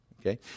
Okay